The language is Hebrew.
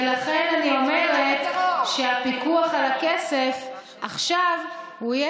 ולכן אני אומרת שהפיקוח על הכסף עכשיו יהיה